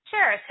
Sure